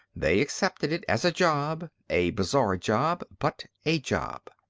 they accepted it as a job, a bizarre job, but a job.